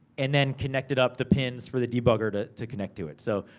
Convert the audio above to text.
and then connected up the pins for the debugger to to connect to it. so,